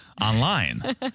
online